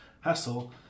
hassle